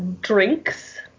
drinks